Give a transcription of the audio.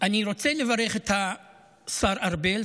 אני רוצה לברך את השר ארבל,